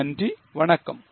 நன்றி வணக்கம்